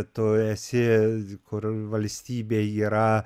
tu esi kur valstybė yra